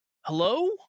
Hello